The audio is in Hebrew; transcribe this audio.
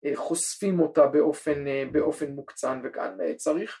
‫חושפים אותה באופן מוקצן וגם צריך.